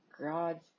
God's